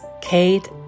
Kate